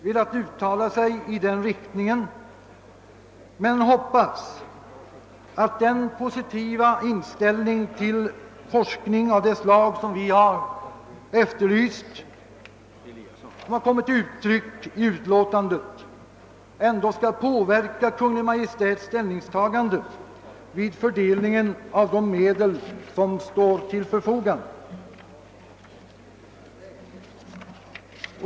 velat uttala sig i den riktningen men hoppas att: den positiva inställning till den sociologiska forskningen som vi har efterlyst och som har kommit till uttryck i utskottets utlåtande ändå skall påverka Kungl Maj:ts ställningstagande vid fördelningen av de medel som står till förfogande.